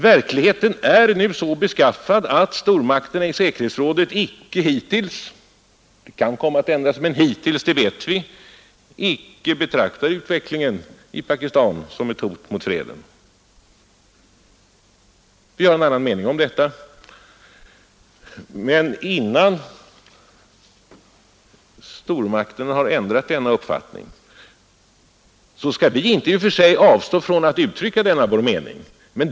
Verkligheten är nu en gång så beskaffad att stormakterna i säkerhetsrådet icke hittills — det kan komma att ändra sig — har betraktat utvecklingen i Pakistan som ett hot mot freden. Detsamma gäller de närmast berörda parterna. Vi har där en annan mening, och vi kommer inte att avstå från att uttrycka vår mening.